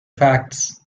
facts